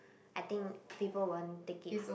I think people won't take it